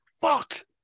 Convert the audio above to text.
fuck